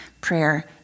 prayer